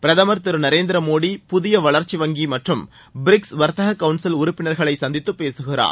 பிரதமர் திரு நரேந்திர மோடி புதிய வளர்ச்சி வங்கி மற்றும் பிரிக்ஸ் வர்த்தக கவுன்சில் உறுப்பினர்களை சந்தித்து பேசுகிறார்